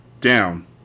Down